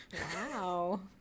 Wow